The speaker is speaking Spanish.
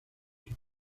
que